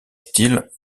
style